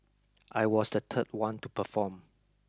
I was the third one to perform